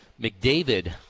McDavid